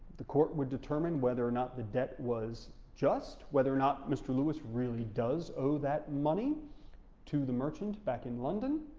the court would determine whether or not the debt was just, whether or not mr. lewis really does owe that money to the merchant back in london,